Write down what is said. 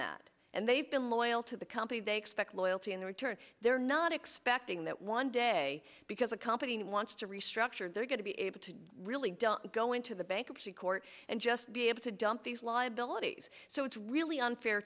that and they've been loyal to the company they expect loyalty in return they're not expecting that one day because a company wants to restructure and they're going to be able to really don't go into the bankruptcy court and just be able to dump these liabilities so it's really unfair